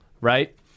right